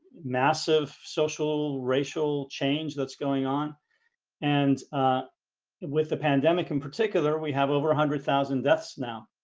massive social racial change that's going on and with the pandemic in particular we have over a hundred thousand deaths now